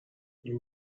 این